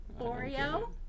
Oreo